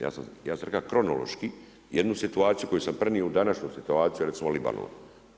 Ja sam rekao kronološki jednu situaciju koju sam prenio u današnju situaciju recimo u Libanonu.